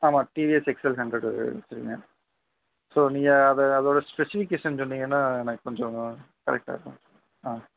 ஆமாம் TVS XL hundred வெச்சிருக்கேன் so நீங்கள் அதை அதோடய ஸ்பெசிஃபிகேஷன் சொன்னீங்கன்னா எனக்கு கொஞ்சம் கரெக்டாக இருக்கும் ஆ